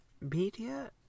Media